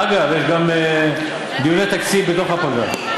אגב, יש דיוני תקציב גם בתוך הפגרה.